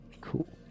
Cool